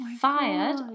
fired